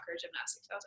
gymnastics